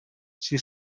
she